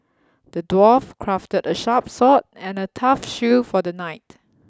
the dwarf crafted a sharp sword and a tough shield for the knight